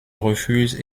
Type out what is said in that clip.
refuse